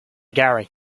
gary